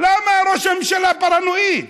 למה ראש הממשלה פרנואיד?